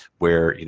where